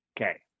Okay